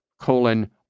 colon